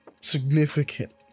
significant